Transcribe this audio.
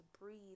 breathe